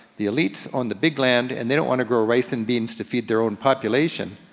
the elites own the big land, and they don't wanna grow rice and beans to feed their own population,